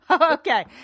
Okay